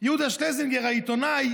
יהודה שלזינגר העיתונאי,